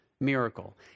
miracle